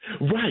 Right